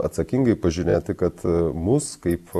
atsakingai pažiūrėti kad mus kaip